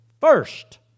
first